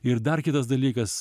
ir dar kitas dalykas